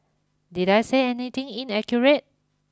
did I say anything inaccurate